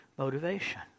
Motivation